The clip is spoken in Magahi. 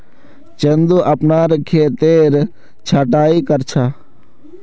चंदू अपनार खेतेर छटायी कर छ